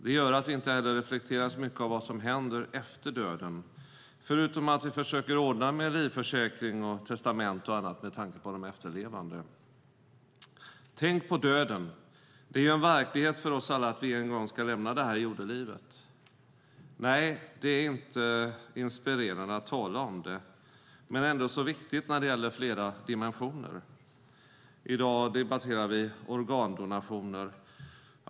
Det gör att vi inte heller reflekterar så mycket över vad som händer efter döden, förutom att vi försöker ordna med livförsäkring, testamente och annat med tanke på de efterlevande. Tänk på döden! Det är ju en verklighet för oss alla att vi en gång ska lämna det här jordelivet. Nej, det är inte inspirerande att tala om det men ändå så viktigt när det gäller flera dimensioner. I dag debatterar vi organdonationer.